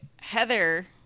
Heather